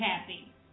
happy